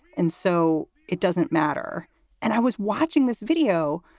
and so it doesn't matter and i was watching this video,